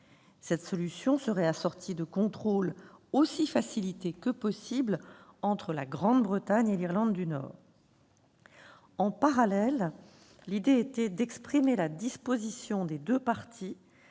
Cette solution aurait été assortie de contrôles aussi facilités que possible entre la Grande-Bretagne et l'Irlande du Nord. En parallèle, l'idée était d'exprimer la disposition des deux parties